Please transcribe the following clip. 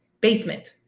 basement